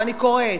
ואני קוראת,